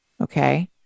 okay